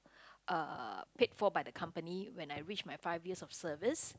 uh paid for by the company when I reach my five years of service